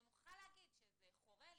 אני מוכרחה להגיד שזה חורה לי.